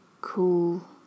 cool